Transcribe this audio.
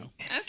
Okay